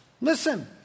Listen